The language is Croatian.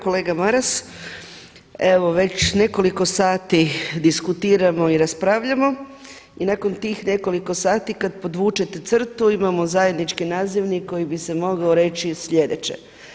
Kolega Maras, evo već nekoliko sati diskutiramo i raspravljamo i nakon tih nekoliko sati kad podvučete crtu imamo zajednički nazivnik koji bi se mogao reći sljedeće.